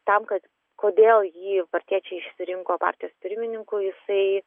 tam kad kodėl jį partiečiai išsirinko partijos pirmininku jisai